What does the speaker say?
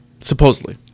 Supposedly